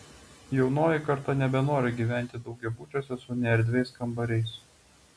jaunoji karta nebenori gyventi daugiabučiuose su neerdviais kambariais